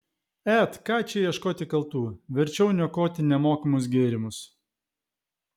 et ką čia ieškoti kaltų verčiau niokoti nemokamus gėrimus